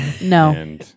No